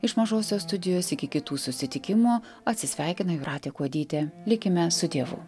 iš mažosios studijos iki kitų susitikimo atsisveikina jūratė kuodytė likime su dievu